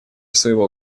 своего